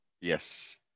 yes